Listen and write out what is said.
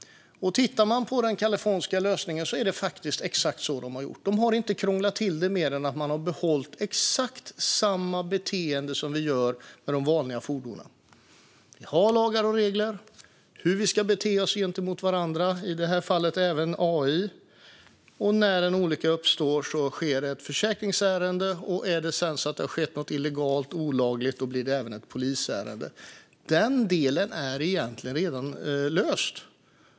Tittar man på den kaliforniska lösningen ser man att det faktiskt är exakt så de har gjort. De har inte krånglat till det mer än att de har behållit exakt samma beteende som när det gäller de vanliga fordonen. Vi har lagar och regler för hur vi ska bete oss gentemot varandra, i detta fall även innefattande AI. När en olycka sker blir det ett försäkringsärende. Är det sedan så att det har skett något olagligt blir det även ett polisärende. Den delen är egentligen redan löst.